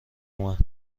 اومد